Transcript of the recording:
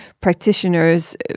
practitioners